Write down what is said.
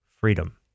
freedom